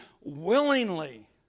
willingly